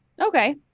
Okay